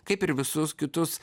kaip ir visus kitus